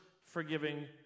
forgiving